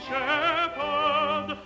shepherd